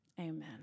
amen